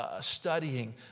studying